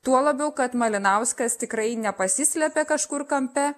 tuo labiau kad malinauskas tikrai nepasislepia kažkur kampe